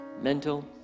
mental